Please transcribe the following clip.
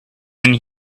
when